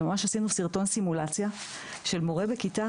ממש עשינו סרטון סימולציה של מורה בכיתה